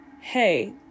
hey